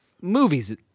movies